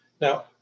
Now